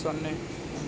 ಸೊನ್ನೆ